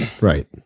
Right